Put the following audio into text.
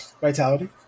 Vitality